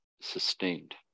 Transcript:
sustained